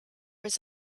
was